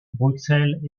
bruxelles